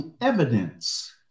evidence